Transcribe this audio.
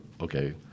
okay